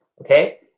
okay